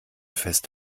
fest